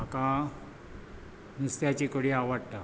म्हाका नुस्त्याची कडी आवडटा